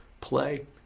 play